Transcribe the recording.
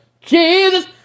Jesus